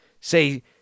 say